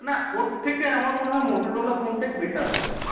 না ওর থেকে আমার মনে হয় মোটোরোলা ফোনটাই বেটার হবে